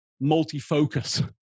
multi-focus